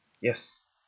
Yes